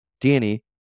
Danny